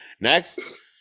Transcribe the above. next